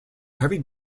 heavy